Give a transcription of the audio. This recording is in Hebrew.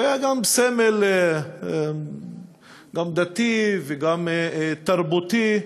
זה היה סמל גם דתי וגם תרבותי,